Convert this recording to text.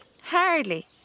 Hardly